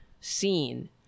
seen